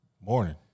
Morning